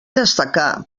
destacar